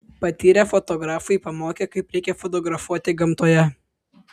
patyrę fotografai pamokė kaip reikia fotografuoti gamtoje